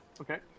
okay